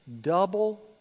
Double